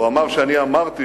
הוא אמר שאני אמרתי